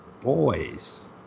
boys